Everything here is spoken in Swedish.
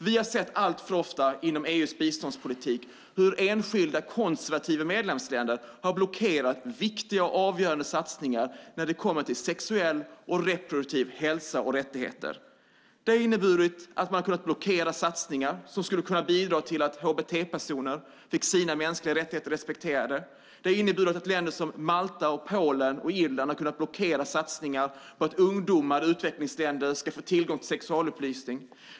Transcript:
Vi har sett alltför ofta inom EU:s biståndspolitik hur enskilda konservativa medlemsländer har blockerat viktiga och avgörande satsningar när det kommer till sexuell och reproduktiv hälsa och rättigheter. Det har inneburit att man har kunnat blockera satsningar som skulle ha kunnat bidra till att hbt-personer fick sina mänskliga rättigheter respekterade. Det har inneburit att länder som Malta, Polen och Irland har kunnat blockera satsningar på att ungdomar i utvecklingsländer ska få tillgång till sexualupplysning.